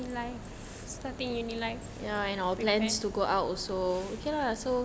uni life starting uni life okay lah so